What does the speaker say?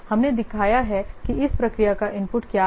हमने दिखाया है कि इस प्रक्रिया का इनपुट क्या है